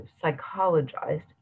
psychologized